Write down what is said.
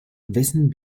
wessen